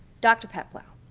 dr. peplau,